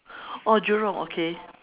oh jurong okay